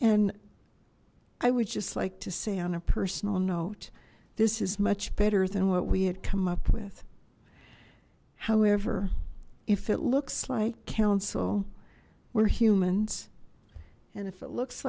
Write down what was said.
and i would just like to say on a personal note this is much better than what we had come up with however if it looks like council we're humans and if it looks